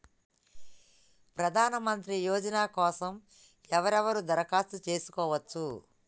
ప్రధానమంత్రి యోజన కోసం ఎవరెవరు దరఖాస్తు చేసుకోవచ్చు?